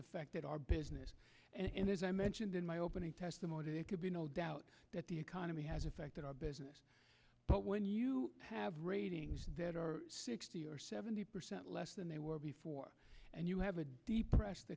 affected our business and as i mentioned in my opening testimony could be no doubt that the economy has affected our business but when you have ratings sixty or seventy percent less than they were before and you have a deep press